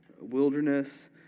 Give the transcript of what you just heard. Wilderness